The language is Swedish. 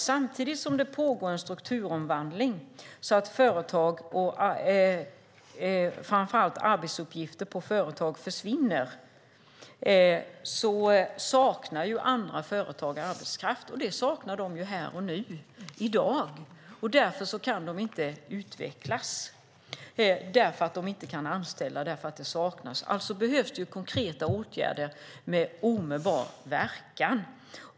Samtidigt som det pågår en strukturomvandling så att arbetsuppgifter på företag försvinner saknar andra företag arbetskraft. Det saknar de här och nu, i dag. De kan inte utvecklas eftersom de inte kan anställa för att det saknas arbetskraft. Det behövs konkreta åtgärder med omedelbar verkan.